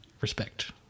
Respect